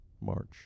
march